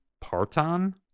Parton